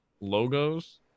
logos